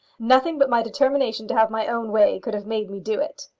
nothing but my determination to have my own way could have made me do it.